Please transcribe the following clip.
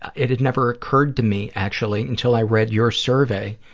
it had never occurred to me, actually, until i read your survey,